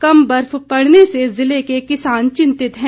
कम बर्फ पड़ने से ज़िले के किसान चिंतित हैं